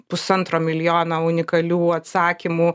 pusantro milijono unikalių atsakymų